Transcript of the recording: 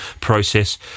process